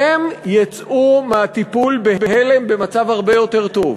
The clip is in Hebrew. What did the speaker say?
הם יצאו מהטיפול בהלם במצב הרבה יותר טוב,